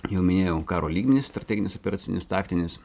jau minėjau karo lygmenį strateginis operacinis taktinis